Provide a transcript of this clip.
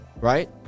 Right